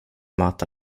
mata